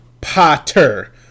Potter